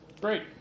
Great